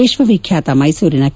ವಿಶ್ವವಿಖ್ಯಾತ ಮೈಸೂರಿನ ಕೆ